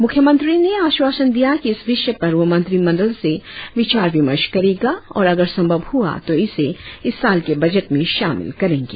मुख्यमंत्री ने आश्वासन दिया कि इस विषय पर वह मंत्री मंडल से विचार विमर्श करेगा और अगर संभव हुआ तो इसे इस साल के बजट में शामिल करेंगे